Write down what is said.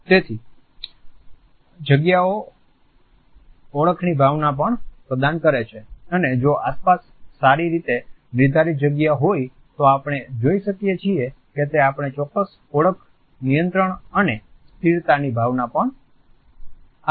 તેથી જગ્યા ઓળખની ભાવના પણ પ્રદાન કરે છે અને જો આસપાસ સારી રીતે નિર્ધારિત જગ્યા હોય તો આપણે જોઈ શકીએ છીએ કે તે આપણે ચોક્કસ ઓળખ નિયંત્રણ અને સ્થિરતાની ભાવના પણ આપે છે